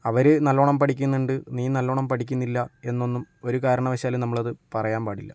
അവര് നല്ലോണം പഠിക്കുന്നുണ്ട് നീ നല്ലോണം പഠിക്കുന്നില്ല എന്നൊന്നും ഒരു കാരണവശാലും നമ്മളത് പറയാൻ പാടില്ല